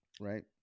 right